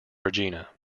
regina